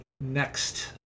next